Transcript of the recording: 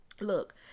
Look